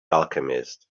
alchemist